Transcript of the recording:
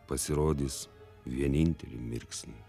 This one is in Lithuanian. pasirodys vienintelį mirksnį